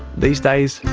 these days,